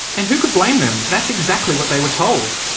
and who could blame them? that's exactly what they were told.